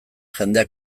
jendea